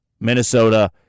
Minnesota